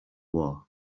war